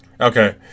Okay